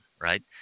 right